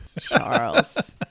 Charles